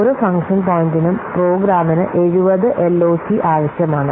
ഓരോ ഫംഗ്ഷൻ പോയിന്റിനും പ്രോഗ്രാമിന് 70 എൽഓസി ആവശ്യമാണ്